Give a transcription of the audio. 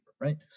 right